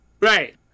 Right